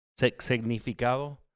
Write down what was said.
Significado